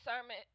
sermon